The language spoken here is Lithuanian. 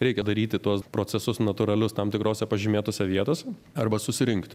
reikia daryti tuos procesus natūralius tam tikrose pažymėtose vietose arba susirinkt